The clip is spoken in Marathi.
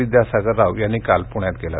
विद्यासागर राव यांनी काल पृण्यात केलं